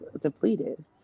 depleted